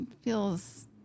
Feels